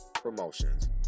promotions